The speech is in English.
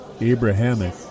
Abrahamic